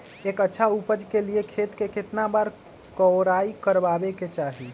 एक अच्छा उपज के लिए खेत के केतना बार कओराई करबआबे के चाहि?